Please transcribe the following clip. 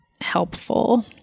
helpful